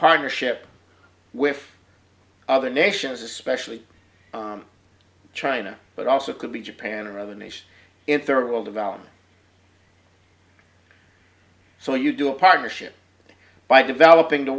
partnership with other nations especially china but also could be japan or other nations in third world development so when you do a partnership by developing the